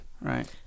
right